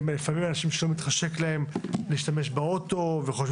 לפעמים הם של אנשים שלא מתחשק להם להשתמש באוטו וחושבים